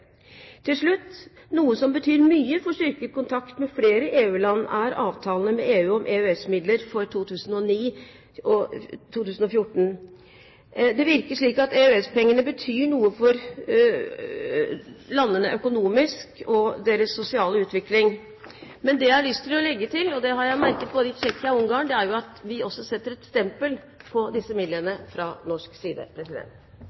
Til slutt: Noe som betyr mye for styrket kontakt med flere EU-land, er avtalene med EU om EØS-midler for 2009–2014. Det virker som at EØS-pengene betyr noe for landene økonomisk og deres sosiale utvikling. Men det jeg har lyst til å legge til, og det har jeg merket både i Tsjekkia og i Ungarn, er at vi også setter et stempel på disse midlene